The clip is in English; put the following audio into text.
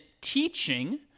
teaching